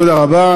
תודה רבה.